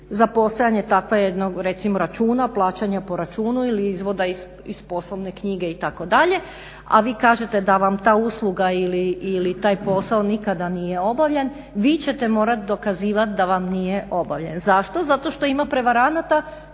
za postojanje takvog jednog recimo računa, plaćanja po računu ili izvoda iz poslovne knjige itd. a vi kažete da vam ta usluga ili taj posao nikada nije obavljen vi ćete morat dokazivati da vam nije obavljen. Zašto? Zato što ima prevaranata